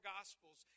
Gospels